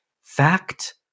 Fact